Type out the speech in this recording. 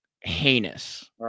heinous